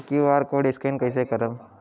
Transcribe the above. हम QR code scan कइसे करब?